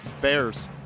Bears